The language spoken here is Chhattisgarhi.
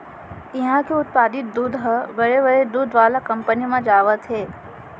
इहां के उत्पादित दूद ह बड़े बड़े दूद वाला कंपनी म जावत हे